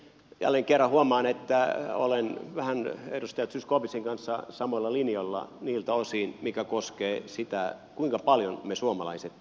jälleen kerran huomaan että olen edustaja zyskowiczin kanssa vähän samoilla linjoilla niiltä osin mikä koskee sitä kuinka paljon me suomalaiset teemme töitä